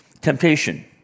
Temptation